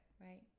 right